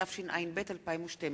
התשע"ב 2012,